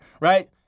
Right